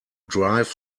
drive